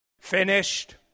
Finished